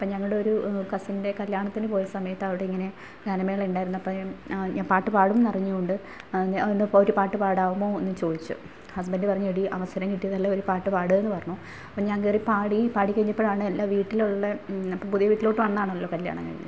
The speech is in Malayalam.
അപ്പോൾ ഞങ്ങളുടെ ഒരു കസിൻ്റെ കല്യാണത്തിന് പോയ സമയത്ത് അവിടെ ഇങ്ങനെ ഗാനമേള ഉണ്ടായിരുന്നു അപ്പോൾ ഞാ ആ പാട്ട് പാടും എന്നറിഞ്ഞുകൊണ്ട് എന്നെയപ്പോൾ ഒരു പാട്ട് പാടാമോ എന്ന് ചോദിച്ചു ഹസ്ബൻഡ് പറഞ്ഞു എടീ അവസരം കിട്ടിയതല്ലേ ഒരു പാട്ട് പാടെന്ന് പറഞ്ഞു അപ്പോൾ ഞാൻ കയറി പാടി പാടിക്കഴിഞ്ഞപ്പോഴാണ് എൻ്റെ വീട്ടിലുള്ള ഇപ്പോൾ പുതിയ വീട്ടിലോട്ട് വന്നതാണല്ലോ കല്യാണം കഴിഞ്ഞിട്ട്